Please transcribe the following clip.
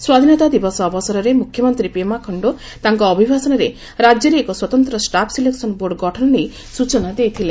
ସ୍ୱାଧୀନତା ଦିବସ ଅବସରରେ ମୁଖ୍ୟମନ୍ତ୍ରୀ ପେମା ଖାଣ୍ଡୁ ତାଙ୍କ ଅଭିଭାଷଣରେ ରାଜ୍ୟରେ ଏକ ସ୍ୱତନ୍ତ୍ର ଷ୍ଟାଫ ସିଲେକସନ୍ ବୋର୍ଡ ଗଠନ ନେଇ ସ୍ଟଚନା ଦେଇଥିଲେ